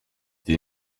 des